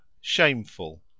shameful